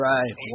Right